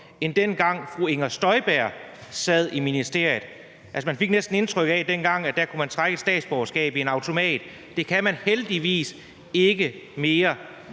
end dengang fru Inger Støjberg sad i ministeriet. Altså, man fik næsten indtryk af, at man dengang kunne trække et statsborgerskab i en automat. Det kan man heldigvis ikke mere.